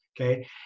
Okay